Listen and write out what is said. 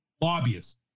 Lobbyists